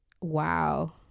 Wow